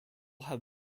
have